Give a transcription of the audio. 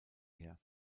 her